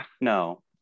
No